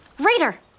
Raider